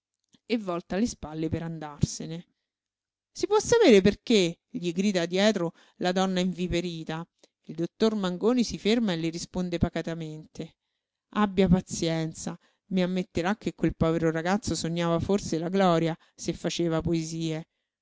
e volta le spalle per andarsene si può sapere perché gli grida dietro la donna inviperita il dottor mangoni si ferma e le risponde pacatamente abbia pazienza i ammetterà che quel povero ragazzo sognava forse la gloria se faceva poesie